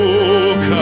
Look